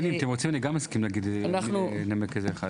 אם אתם רוצים, אני גם אסכים לנמק אחד.